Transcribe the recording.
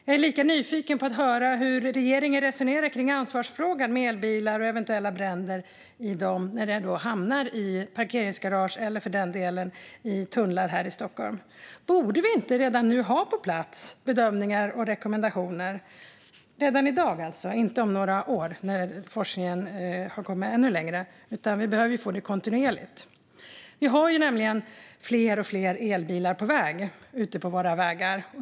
Jag är lika nyfiken på att höra hur regeringen resonerar kring ansvarsfrågan med elbilar och eventuella bränder i dem när de hamnar i parkeringsgarage eller, för den delen, i tunnlar här i Stockholm. Borde vi inte redan nu ha bedömningar och rekommendationer på plats? Jag menar alltså redan i dag - inte om några år, när forskningen har kommit ännu längre. Vi behöver få det kontinuerligt. Vi får nämligen fler och fler elbilar ute på våra vägar.